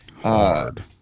Hard